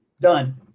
Done